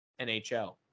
NHL